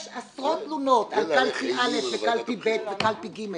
יש עשרות תלונות על קלפי א', קלפי ב' וקלפי ג'.